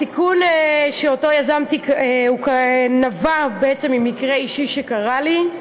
התיקון שיזמתי נבע בעצם ממקרה אישי שקרה לי,